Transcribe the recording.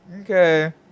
okay